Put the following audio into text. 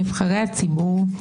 אתם חושבים שנבחרי הציבור,